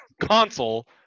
console